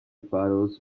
faros